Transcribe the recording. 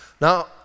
Now